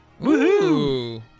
woohoo